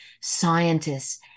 scientists